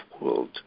world